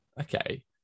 Okay